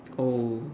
oh